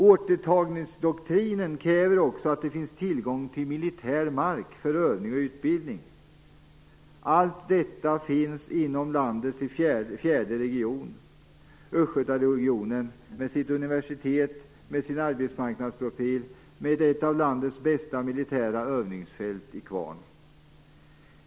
Återtagningsdoktrinen kräver också att det finns tillgång till militär mark för övning och utbildning. Allt detta finns inom landets i storlek fjärde region, Östgötaregionen, med sitt universitet, sin arbetsmarknadsprofil och ett av landets bästa militära övningsfält i Kvarn.